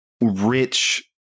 rich